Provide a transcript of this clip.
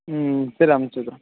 ம் சரி அமுச்சி விட்றேன்